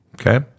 Okay